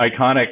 iconic